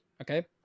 Okay